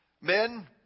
Men